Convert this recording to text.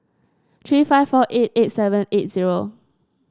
three five four eight eight seven eight zero